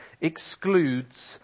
excludes